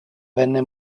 venne